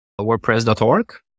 WordPress.org